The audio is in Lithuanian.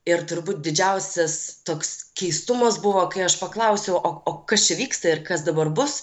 ir turbūt didžiausias toks keistumas buvo kai aš paklausiau o o kas vyksta ir kas dabar bus